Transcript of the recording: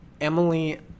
Emily